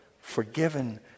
forgiven